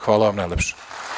Hvala vam najlepše.